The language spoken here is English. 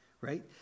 right